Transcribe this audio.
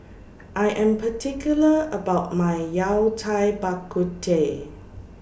I Am particular about My Yao Cai Bak Kut Teh